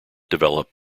develop